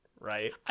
right